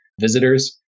visitors